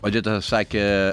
odeta sakė